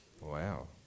Wow